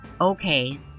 okay